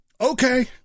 Okay